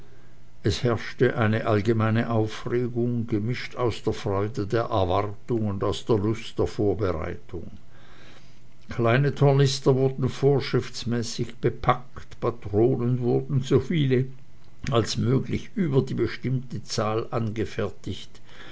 es herrschte eine allgemeine aufregung gemischt aus der freude der erwartung und aus der lust der vorbereitung kleine tornister wurden vorschriftsmäßig bepackt patronen wurden so viele als möglich über die bestimmte zahl angefertigt